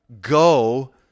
Go